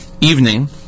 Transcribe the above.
evening